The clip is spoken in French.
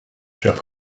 chers